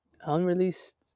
unreleased